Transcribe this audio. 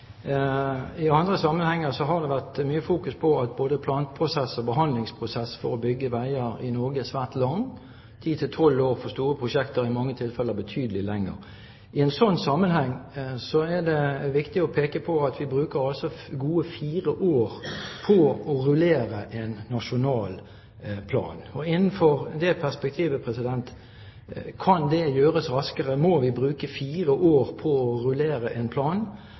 I andre sammenhenger har det vært mye fokus på at både planprosess og behandlingsprosess for å bygge veier i Norge er svært lang: 10–12 år for store prosjekter – i mange tilfeller betydelig lenger. I en slik sammenheng er det viktig å peke på at vi altså bruker gode fire år på å rullere en nasjonal plan. Innenfor det perspektivet: Kan det gjøres raskere? Må vi bruke fire år på å rullere en plan